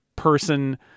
person